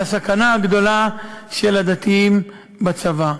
על הסכנה הגדולה של הדתיים בצבא.